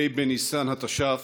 ה' בניסן התש"ף,